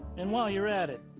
and while you're at it,